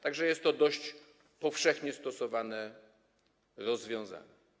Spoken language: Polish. Tak że jest to dość powszechnie stosowane rozwiązanie.